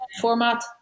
format